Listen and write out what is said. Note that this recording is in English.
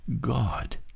God